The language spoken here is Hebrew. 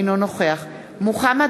אינו נוכח מוחמד